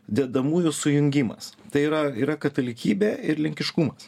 dedamųjų sujungimas tai yra yra katalikybė ir lenkiškumas